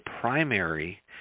primary